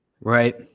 Right